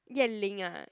Yan Ling ah